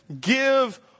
give